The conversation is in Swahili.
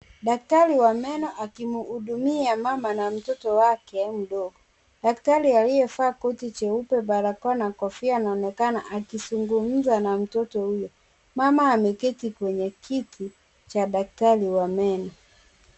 Daktari wa meno akimhudumia mama na mtoto wake mdogo. Daktari aliyevaa koti jeupe, barakoa na kofia anaonekana akizungumza na mtoto huyo. Mama ameketi kwenye kiti cha daktari wa meno.